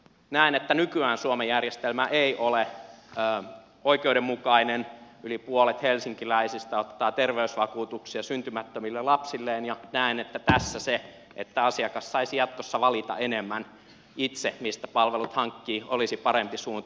näen että nykyään suomen järjestelmä ei ole oikeudenmukainen yli puolet helsinkiläisistä ottaa terveysvakuutuksia syntymättömille lapsilleen ja näen että tässä se että asiakas saisi jatkossa valita enemmän itse mistä palvelut hankkii olisi parempi suunta